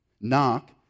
Knock